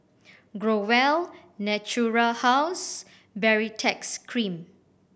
Growell Natura House Baritex Cream